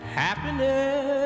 happiness